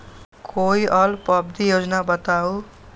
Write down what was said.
कोई अल्प अवधि योजना बताऊ?